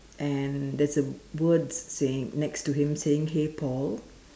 and there's a word saying next to him saying hey Paul